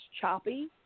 choppy